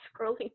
scrolling